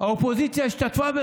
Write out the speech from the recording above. האופוזיציה השתתפה.